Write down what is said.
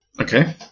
Okay